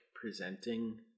presenting